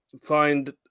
find